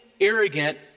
arrogant